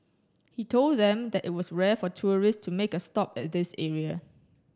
he told them that it was rare for tourists to make a stop at this area